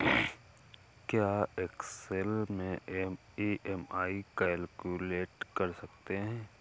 क्या एक्सेल में EMI calculate कर सकते हैं?